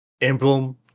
emblem